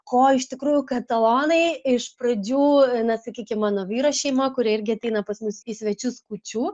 ko iš tikrųjų katalonai iš pradžių na sakykim mano vyro šeima kuri irgi ateina pas mus į svečius kūčių